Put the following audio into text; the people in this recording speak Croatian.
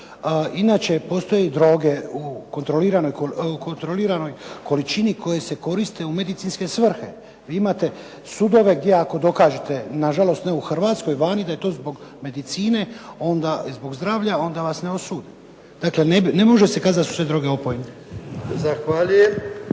Inače postoje droge u kontroliranoj količini koje se koriste u medicinske svrhe. Vi imate sudove gdje ako dokažete, nažalost ne u Hrvatskoj, nego vani, da je to zbog medicine, zbog zdravlja, onda vas ne osude. Dakle, ne može se kazati da su sve droge opojne. **Jarnjak,